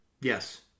Yes